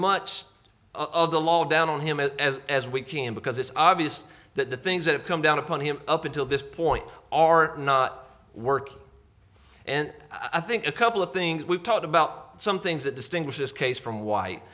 much of the law down on him as as we can because it's obvious that the things that have come down upon him up until this point are not work and i think a couple of things we talked about some things that distinguish this case from white